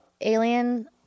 alien